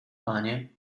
panie